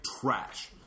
trash